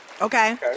okay